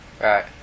Right